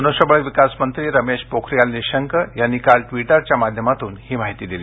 मनष्यबळविकास मंत्री रमेश पोखरियाल निशंक यांनी आज ट्वीटरच्या माध्यमातून ही माहिती दिली